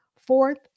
fourth